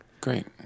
Great